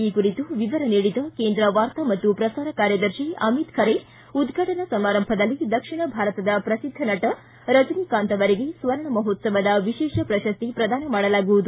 ಈ ಕುರಿತು ವಿವರ ನೀಡಿದ ಕೇಂದ್ರ ವಾರ್ತಾ ಮತ್ತು ಪ್ರಸಾರ ಕಾರ್ಯದರ್ಶಿ ಅಮಿತ್ ಖರೆ ಉದ್ಘಾಟನಾ ಸಮಾರಂಭದಲ್ಲಿ ದಕ್ಷಿಣ ಭಾರತದ ಪ್ರಸಿದ್ಧ ನಟ ರಜನೀಕಾಂತ್ ಅವರಿಗೆ ಸ್ವರ್ಣ ಮಹೋತ್ಸವದ ವಿಶೇಷ ಪ್ರಶಸ್ತಿ ಪ್ರದಾನ ಮಾಡಲಾಗುವುದು